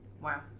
Wow